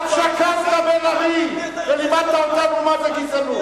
עד שקמת בן-ארי ולימדת אותנו מה זה גזענות.